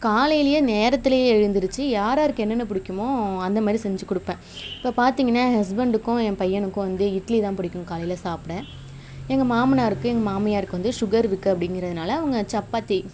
காலையிலேயே நேரத்துலேயே எழுந்துருச்சு யார் யாருக்கு என்னென்ன பிடிக்குமோ அந்த மாதிரி செஞ்சு கொடுப்பேன் இப்போ பார்த்திங்கன்னா என் ஹஸ்பெண்டுக்கும் என் பையனுக்கும் வந்து இட்லி தான் பிடிக்கும் காலையில் சாப்பிட எங்கள் மாமனாருக்கும் எங்கள் மாமியாருக்கும் வந்து சுகர் இருக்குது அப்படிங்கிறதுனால அவங்க சப்பாத்தி